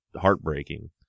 heartbreaking